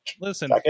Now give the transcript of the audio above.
Listen